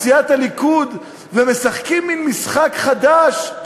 בסיעת הליכוד משחקים מין משחק חדש,